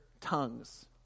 tongues